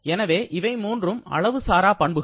எனவே இவை மூன்றும் அளவு சாரா பண்புகள்